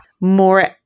more